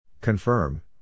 Confirm